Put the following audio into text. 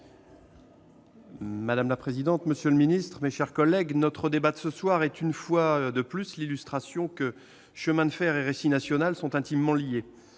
Madame la présidente, monsieur le secrétaire d'État, mes chers collègues, notre débat de ce soir est, une fois encore, l'illustration que chemin de fer et récit national sont intimement liés.